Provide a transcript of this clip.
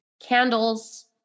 candles